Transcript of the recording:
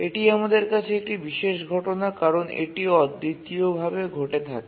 এটি আমাদের কাছে একটি বিশেষ ঘটনা কারণ এটি একটি নির্দিষ্ট পদ্ধতিতে ঘটে থাকে